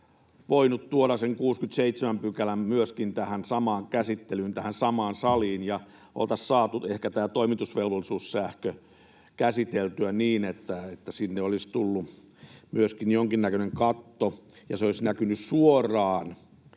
voinut tuoda myöskin sen 67 §:n tähän samaan käsittelyyn, tähän samaan saliin, ja oltaisiin saatu ehkä tämä toimitusvelvollisuussähkö käsiteltyä niin, että sinne olisi tullut myöskin jonkinnäköinen katto ja se olisi näkynyt heti suoraan